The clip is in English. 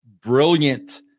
brilliant